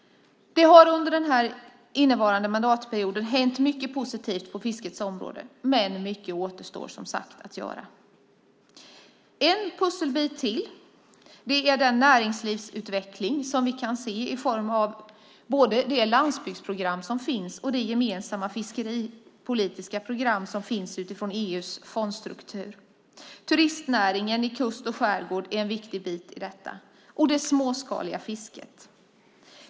Det har under den innevarande mandatperioden hänt mycket positivt på fiskets område, men mycket återstår som sagt att göra. En annan pusselbit är den näringslivsutveckling som vi kan se i form av det landsbygdsprogram som finns och det gemensamma fiskeriprogram som finns utifrån EU:s fondstruktur. Turistnäringen i kust och skärgård är en viktig bit i detta. Det gäller också det småskaliga fisket.